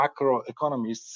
macroeconomists